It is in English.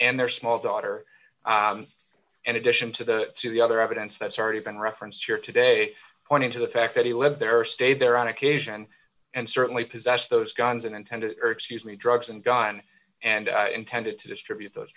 and their small daughter and addition to the two the other evidence that's already been referenced here today pointing to the fact that he lived there or stayed there on occasion and certainly possessed those guns and intended or excuse me drugs and gone and intended to distribute those